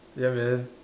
ya man